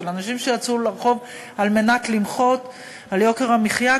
של אנשים שיצאו לרחוב למחות על יוקר המחיה,